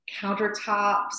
countertops